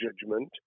judgment